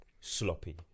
sloppy